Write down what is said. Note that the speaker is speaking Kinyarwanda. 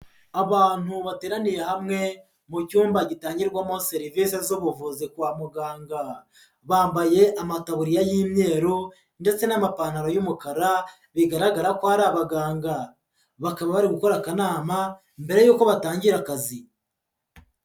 Abantu bateraniye hamwe mu cyumba gitangirwamo serivise z'ubuvuzi kwa muganga, bambaye amataburiya y'imyeru ndetse n'amapantaro y'umukara bigaragara ko ari abaganga, bakaba bari gukora akanama mbere yuko batangira akazi.